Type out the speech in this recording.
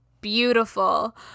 beautiful